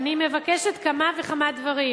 ולכן אני מבקשת כמה וכמה דברים.